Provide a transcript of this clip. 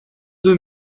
deux